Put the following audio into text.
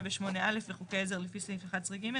8 ו-8(א) לחוקי עזר לפי סעיף 11(ג).